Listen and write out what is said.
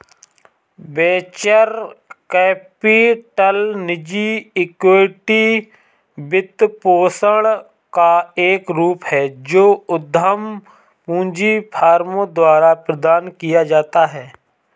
venture capital निजी equity वित्तपोषण का एक रूप है जो उद्यम पूंजी फर्मों द्वारा प्रदान किया जाता है